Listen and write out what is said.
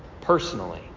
personally